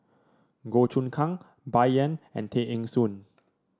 Goh Choon Kang Bai Yan and Tay Eng Soon